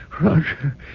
Roger